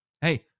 Hey